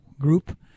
group